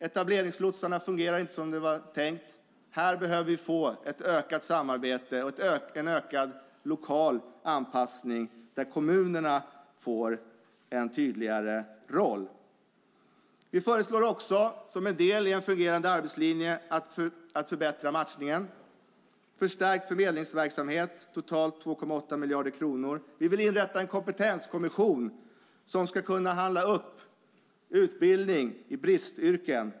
Etableringslotsarna fungerar inte som det var tänkt. Här behöver vi få ett ökat samarbete och en ökad lokal anpassning där kommunerna får en tydligare roll. Vi föreslår också, som en del i en fungerande arbetslinje, förbättrad matchning och förstärkt förmedlingsverksamhet, totalt 2,8 miljarder kronor. Vi vill inrätta en kompetenskommission som ska kunna upphandla utbildning i bristyrken.